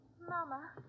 Mama